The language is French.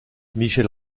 michel